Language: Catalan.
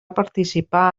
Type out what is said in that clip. participar